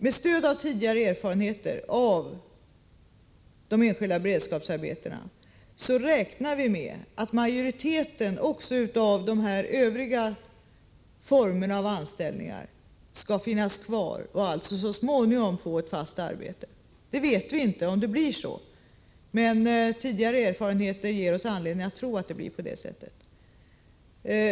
Med stöd av tidigare erfarenheter av de enskilda beredskapsarbetena räknar vi med att majoriteten av dessa övriga former av anställning skall finnas kvar och alltså så småningom övergå till fasta arbeten. Vi vet inte om det blir så, men tidigare erfarenheter ger oss anledning att tro att det blir på det sättet.